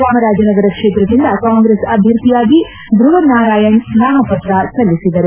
ಚಾಮರಾಜನಗರ ಕ್ಷೇತ್ರದಿಂದ ಕಾಂಗ್ರೆಸ್ ಅಭ್ಯರ್ಥಿಯಾಗಿ ಧೃವ ನಾರಾಯಣ್ ನಾಮಪತ್ರ ಸಲ್ಲಿಸಿದರು